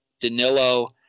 Danilo